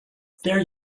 there